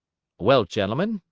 well, gentlemen,